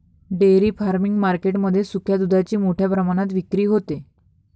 dairy farming market मध्ये सुक्या दुधाची मोठ्या प्रमाणात विक्री होते